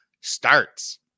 starts